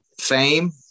Fame